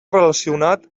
relacionat